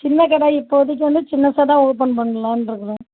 சின்னக்கடை இப்போதைக்கி வந்து சின்னதாக தான் ஓப்பன் பண்ணலாட்ருக்குறோம்